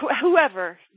whoever